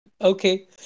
Okay